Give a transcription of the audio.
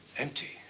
empty.